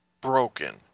broken